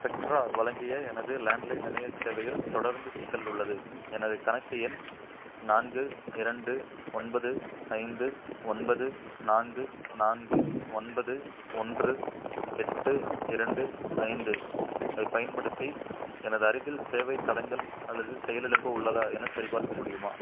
spectra வழங்கிய எனது landline இணையச் சேவையில் தொடர்ந்து சிக்கல் உள்ளது எனது கணக்கு எண் நான்கு இரண்டு ஒன்பது ஐந்து ஒன்பது நான்கு நான்கு ஒன்பது ஒன்று எட்டு இரண்டு ஐந்து ஐப் பயன்படுத்தி எனது அருகில் சேவைத் தடங்கல் அல்லது செயலிழப்பு உள்ளதா எனச் சரிபார்க்க முடியுமா